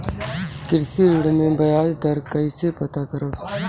कृषि ऋण में बयाज दर कइसे पता करब?